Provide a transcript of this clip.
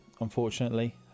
unfortunately